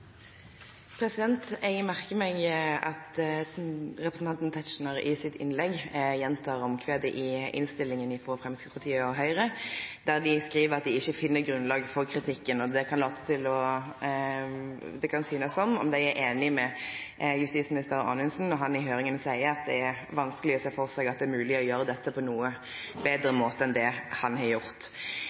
Jeg merker meg at representanten Tetzschner i sitt innlegg gjentar omkvedet i innstillingen fra Fremskrittspartiet og Høyre, der de skriver at de ikke finner grunnlag for kritikken. Det kan synes som om de er enige med justisminister Anundsen når han i høringen sier at det er vanskelig å se for seg at det er mulig å gjøre dette på noen bedre måte enn det han har gjort.